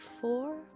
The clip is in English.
four